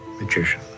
magician